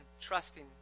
trusting